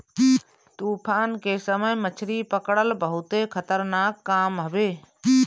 तूफान के समय मछरी पकड़ल बहुते खतरनाक काम हवे